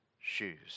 shoes